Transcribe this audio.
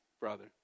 brother